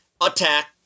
attack